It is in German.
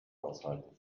aushalten